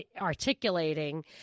articulating